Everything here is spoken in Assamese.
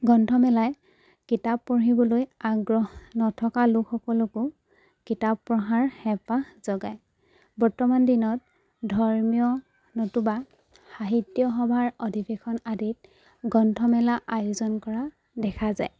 গ্ৰন্থমেলাই কিতাপ পঢ়িবলৈ আগ্ৰহ নথকা লোকসকলকো কিতাপ পঢ়াৰ হেঁপাহ জগায় বৰ্তমান দিনত ধৰ্মীয় নতুবা সাহিত্য সভাৰ অধিৱেশন আদিত গ্ৰন্থমেলা আয়োজন কৰা দেখা যায়